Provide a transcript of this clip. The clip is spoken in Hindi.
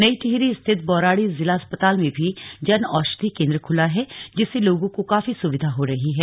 नई टिहरी स्थित बौराड़ी जिला अस्पताल में भी जन औषधि केंद्र खुला है जिससे लोगों को काफी सुविधा हो रही है